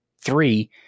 Three